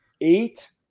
eight